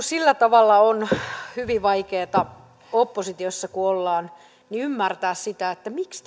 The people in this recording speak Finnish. sillä tavalla on hyvin vaikeata oppositiossa kun olemme ymmärtää sitä miksi